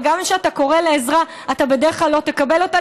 וגם כשאתה קורא לעזרה אתה בדרך כלל לא תקבל אותה.